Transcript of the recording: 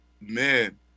man